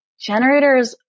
generators